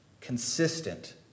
consistent